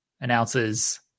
announces